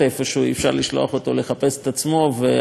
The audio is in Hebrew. אי-אפשר לשלוח אותו לחפש בעצמו ואז כל מועצה